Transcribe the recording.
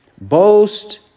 boast